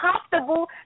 comfortable